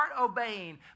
obeying